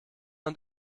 und